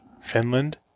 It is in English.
Finland